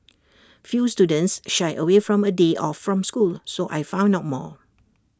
few students shy away from A day off from school so I found out more